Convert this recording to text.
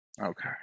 Okay